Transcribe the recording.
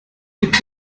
depot